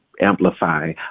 amplify